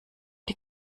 die